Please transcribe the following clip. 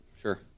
Sure